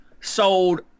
sold